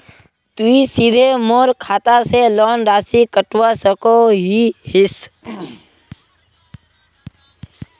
तुई सीधे मोर खाता से लोन राशि कटवा सकोहो हिस?